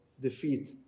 defeat